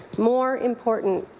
more important,